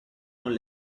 con